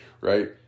right